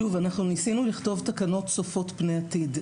ניסינו לכתוב תקנות צופות פני עתיד.